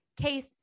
case